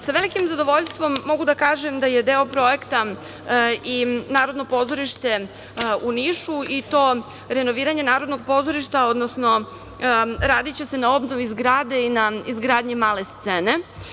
Sa velikim zadovoljstvom mogu da kažem da je deo projekta i Narodno pozorište u Nišu, i to renoviranje Narodnog pozorišta, radiće se na obnovi zgrade i na izgradnje male scene.